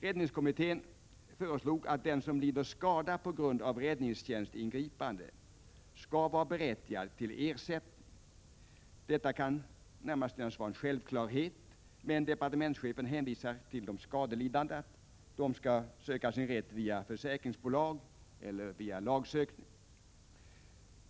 Räddningstjänstkommittén föreslog att den som lider skada på grund av räddningstjänstingripande skall vara berättigad till ersättning. Detta kan närmast synas vara en självklarhet, men departementschefen hänvisar de skadelidande att söka sin rätt via försäkringsbolag eller lagsökning.